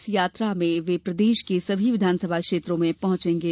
इस यात्रा में वे प्रदेश के सभी विघानसभा क्षेत्रों में पहुंचेंगे